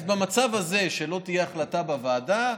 אז במצב הזה שלא תהיה החלטה בוועדה,